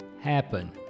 happen